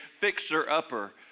fixer-upper